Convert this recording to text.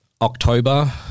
October